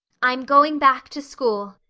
i'm going back to school,